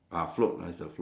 then that one you